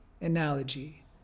analogy